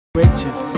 riches